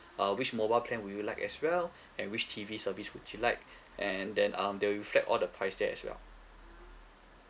uh which mobile plan would you like as well and which T_V service would you like and then um they will reflect all the price there as well